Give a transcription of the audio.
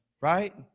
Right